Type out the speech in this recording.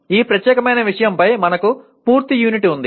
ఈ ప్రత్యేకమైన విషయంపై మనకు పూర్తి యూనిట్ ఉంటుంది